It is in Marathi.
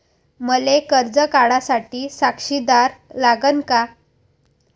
मले कर्ज काढा साठी साक्षीदार लागन का?